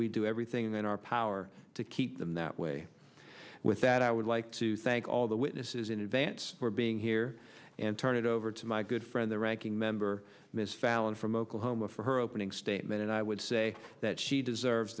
we do everything in our power to keep them that way with that i would like to thank all the witnesses in advance for being here and turn it over to my good friend the ranking member ms fallon from oklahoma for her opening statement and i would say that she deserves